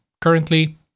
currently